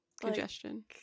Congestion